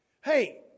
Hey